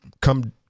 come